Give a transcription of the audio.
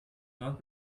not